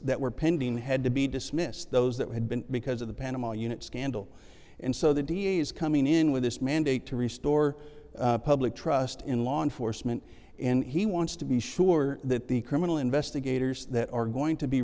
pending had to be dismissed those that had been because of the panama unit scandal and so the da is coming in with this mandate to restore public trust in law enforcement and he wants to be sure that the criminal investigators that are going to be